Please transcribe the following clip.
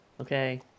okay